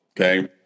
okay